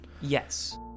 Yes